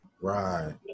Right